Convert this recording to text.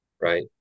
right